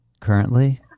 currently